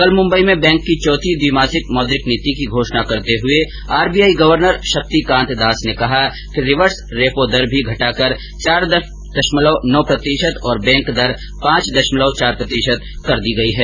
कल मुंबई में बैंक की चौथी द्विमासिक मौद्रिक नीति की घोषणा करते हुए आरबीआई गवर्नर शक्तिकांत दास ने कहा कि रिवर्स रेपो दर भी घटाकर चार दशमलव नौ प्रतिशत और बैंक दर पांच दशमलव चार प्रतिशत कर दी गई है